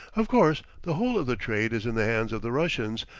of course, the whole of the trade is in the hands of the russians,